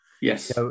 Yes